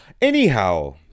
Anyhow